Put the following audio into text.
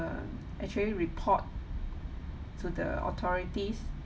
actually report to the authorities